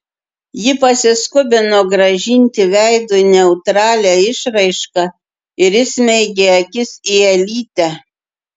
ji pasiskubino grąžinti veidui neutralią išraišką ir įsmeigė akis į elytę